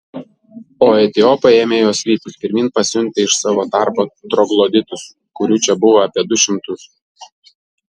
o etiopai ėmė juos vytis pirmyn pasiuntę iš savo tarpo trogloditus kurių čia buvo apie du šimtus